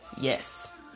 Yes